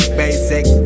basic